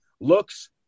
Looks